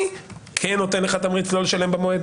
אני כן נתן לך תמריץ לא לשלם במועד.